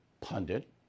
pundit